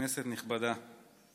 כנסת נכבדה,